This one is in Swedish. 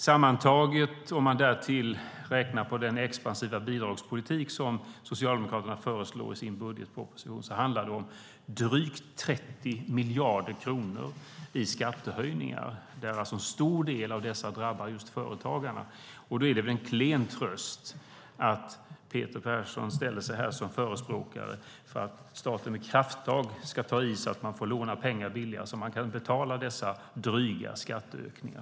Sammantaget, om man dessutom räknar med den expansiva bidragspolitik som Socialdemokraterna föreslår i sin budgetmotion, handlar det om drygt 30 miljarder kronor i skattehöjningar. En stor del av dessa drabbar just företagarna. Då är det en klen tröst att Peter Persson ställer sig här som en förespråkare för att staten ska ta krafttag så att man får låna pengar billigare och kan betala dessa dryga skatteökningar.